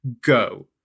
Go